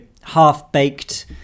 half-baked